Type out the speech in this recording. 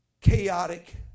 chaotic